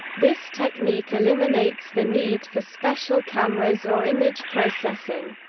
this technique eliminates the need for special cameras or image processing.